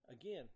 Again